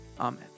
Amen